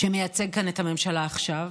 שמייצג כאן את הממשלה עכשיו,